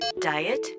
Diet